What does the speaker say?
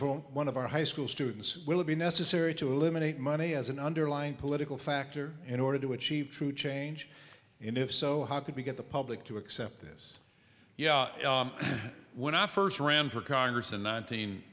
from one of our high school students will it be necessary to eliminate money as an underlying political factor in order to achieve true change and if so how can we get the public to accept this yeah when i first ran for congress in nineteen